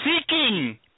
seeking